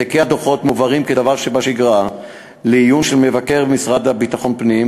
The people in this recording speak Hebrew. העתקי הדוחות מועברים כדבר שבשגרה לעיונו של מבקר המשרד לביטחון פנים.